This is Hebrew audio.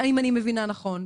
אם אני מבינה נכון,